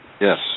Yes